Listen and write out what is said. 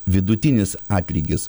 vidutinis atlygis